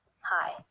Hi